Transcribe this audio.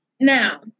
Now